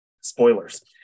spoilers